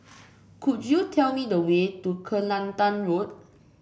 could you tell me the way to Kelantan Road